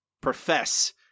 profess